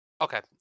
okay